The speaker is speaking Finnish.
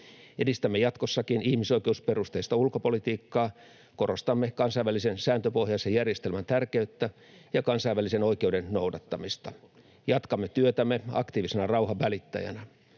Edistämme jatkossakin ihmisoikeusperusteista ulkopolitiikkaa. Korostamme kansainvälisen sääntöpohjaisen järjestelmän tärkeyttä ja kansainvälisen oikeuden noudattamista. Jatkamme työtämme aktiivisena rauhanvälittäjänä.